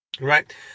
right